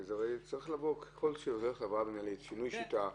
זה שינוי שיטה.